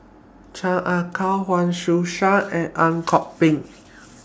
Chan Ah Kow Huang Shiqi Joan and Ang Kok Peng